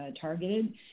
targeted